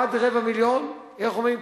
עד רבע מיליון, איך אומרים?